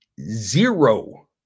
zero